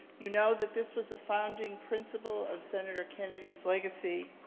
you know that this was a founding principle of senator kennedy's legacy.